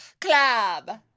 Club